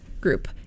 group